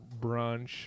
brunch